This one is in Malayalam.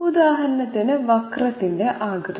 ഉദാഹരണത്തിന് വക്രത്തിന്റെ ആകൃതി